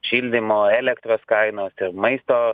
šildymo elektros kainos ir maisto